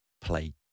play